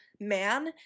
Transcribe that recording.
man